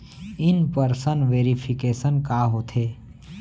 In person verification का होथे?